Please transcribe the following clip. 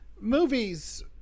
Movies